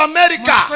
America